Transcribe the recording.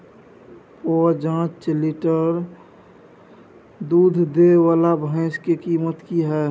प जॉंच लीटर दूध दैय वाला भैंस के कीमत की हय?